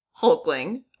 Hulkling